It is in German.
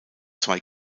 zwei